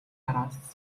араас